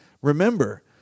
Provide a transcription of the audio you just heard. Remember